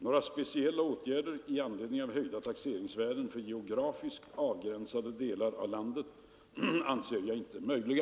Några speciella åtgärder i anledning av höjda taxeringsvärden för geografiskt avgränsade delar av landet anser jag inte möjliga.